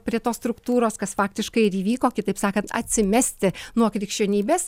prie tos struktūros kas faktiškai ir įvyko kitaip sakant atsimesti nuo krikščionybės